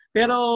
Pero